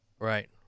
Right